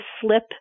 slip